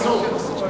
אסור.